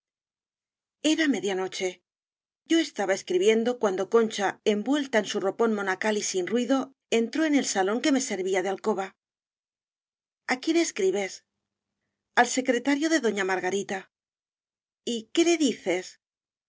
media noche yo estaba escribiendo cuando concha envuelta en su ropón mona cal y sin ruido entró en el salón que me ser vía de alcoba ja quién escribes al secretario de doña margarita y qué le dices